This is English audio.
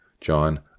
John